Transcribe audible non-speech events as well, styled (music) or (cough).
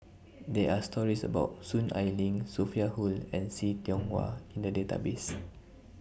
(noise) There Are stories about Soon Ai Ling Sophia Hull and See Tiong Wah in The Database (noise)